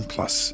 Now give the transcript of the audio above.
Plus